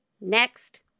next